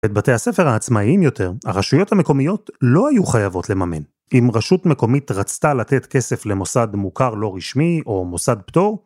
את בתי הספר העצמאיים יותר, הרשויות המקומיות לא היו חייבות לממן. אם רשות מקומית רצתה לתת כסף למוסד מוכר לא רשמי או מוסד פטור,